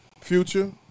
Future